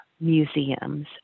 museums